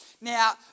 Now